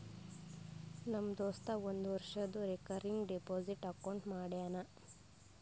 ನಮ್ ದೋಸ್ತ ಒಂದ್ ವರ್ಷದು ರೇಕರಿಂಗ್ ಡೆಪೋಸಿಟ್ ಅಕೌಂಟ್ ಮಾಡ್ಯಾನ